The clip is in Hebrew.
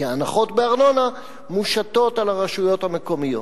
כי ההנחות בארנונה מושתות על הרשויות המקומיות.